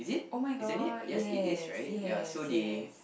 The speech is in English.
oh-my-god yes yes yes